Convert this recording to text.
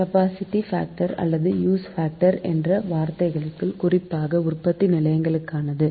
capacity factor அல்லது use factor என்ற வார்த்தைகள் குறிப்பாக உற்பத்தி நிலையங்களுக்கானது